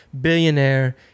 billionaire